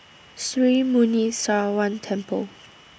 Sri Muneeswaran Temple